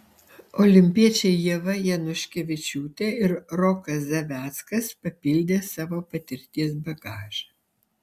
olimpiečiai ieva januškevičiūtė ir rokas zaveckas papildė savo patirties bagažą